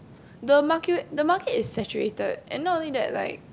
the market the market is saturated and not only that like